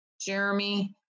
Jeremy